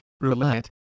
roulette